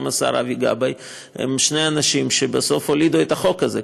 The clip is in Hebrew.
השר אבי גבאי הם שני אנשים שבסוף הולידו את החוק הזה.